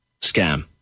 scam